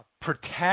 protect